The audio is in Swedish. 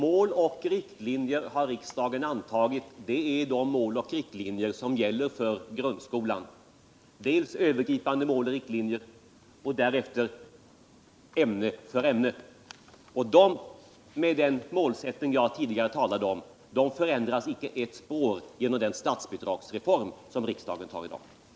Herr talman! Mål och riktlinjer för grundskolan har riksdagen antagit, Det gäller dels övergripande mål och riktlinjer, dels läroplaner ämne för ämne. Denna målsättning förändras inte ett spår genom den statsbidragsreform som riksdagen skall fatta beslut om i dag.